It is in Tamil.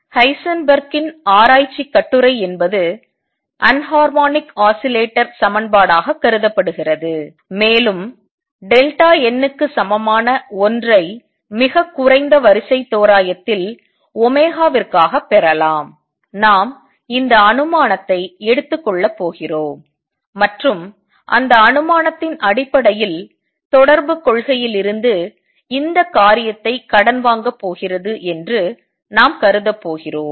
ஹைசன்பெர்க் இன் ஆராய்ச்சி கட்டுரை என்பது அன்ஹார்மோனிக் ஆஸிலேட்டர் சமன்பாடாகக் கருதப்படுகிறது மேலும் n க்கு சமமான 1 ஐ மிகக் குறைந்த வரிசை தோராயத்தில் விற்காக பெறலாம் நாம் அந்த அனுமானத்தை எடுத்துக் கொள்ளப் போகிறோம் மற்றும் அந்த அனுமானத்தின் அடிப்படையில் தொடர்புக் கொள்கையிலிருந்து இந்தக் காரியத்தைக் கடன் வாங்கப் போகிறது என்று நாம் கருதப் போகிறோம்